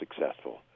successful